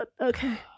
Okay